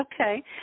Okay